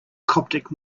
coptic